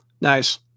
Nice